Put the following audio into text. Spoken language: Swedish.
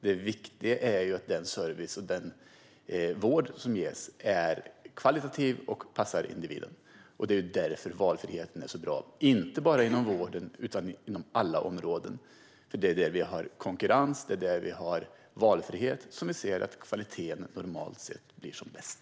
Det viktiga är ju att den service och den vård som ges är kvalitativ och passar individen. Det är därför som valfriheten är så bra, inte bara inom vården utan inom alla områden. Det är när det finns konkurrens och valfrihet som kvaliteten normalt sett blir som bäst.